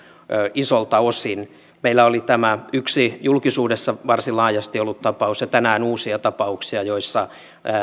isolta osin meillä oli tämä yksi julkisuudessa varsin laajasti ollut tapaus ja tänään uusia tapauksia joissa